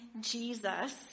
Jesus